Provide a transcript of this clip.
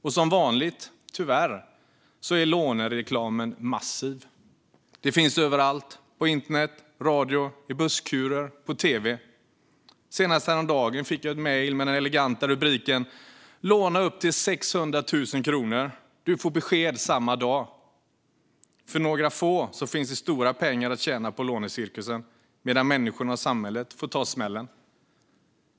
Och som vanligt, tyvärr, är lånereklamen massiv. Den finns överallt - på internet, på radio, i busskurer och på tv. Senast häromdagen fick jag ett mejl med den eleganta rubriken: Låna upp till 600 000 kronor - du får besked samma dag. För några få finns det stora pengar att tjäna på lånecirkusen medan människorna och samhället får ta smällen.